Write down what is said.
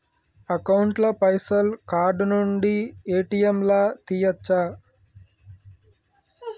Account ల పైసల్ card నుండి ఏ.టి.ఎమ్ లా తియ్యచ్చా?